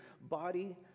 body